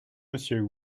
monsieur